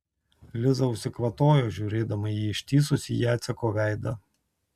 liza užsikvatojo žiūrėdama į ištįsusį jaceko veidą